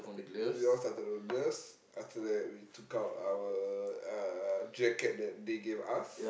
we all started the gloves after that we took out our uh jacket that they gave us